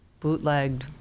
bootlegged